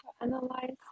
analyze